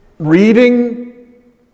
Reading